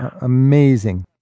Amazing